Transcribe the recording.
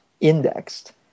indexed